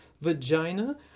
vagina